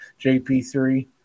JP3